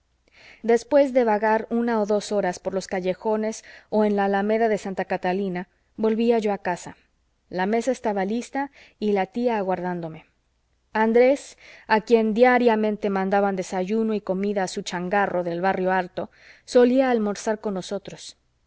después de vagar una o dos horas por los callejones o en la alameda de santa catalina volvía yo a casa la mesa estaba lista y la tía aguardándome andrés a quien diariamente mandaban desayuno y comida a su changarro del barrio alto solía almorzar con nosotros